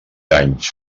anys